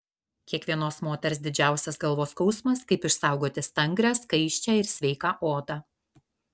kiekvienos moters didžiausias galvos skausmas kaip išsaugoti stangrią skaisčią ir sveiką odą